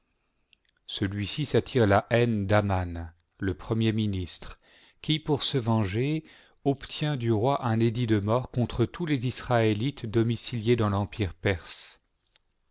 celui-ci s'attire la haine d'aman le premier ministre qui pour se venger obtient du roi un édit de mort contre tous les israélites domiciliés dans l'empire perse